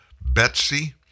Betsy